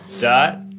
Dot